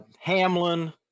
Hamlin